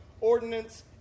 ordinance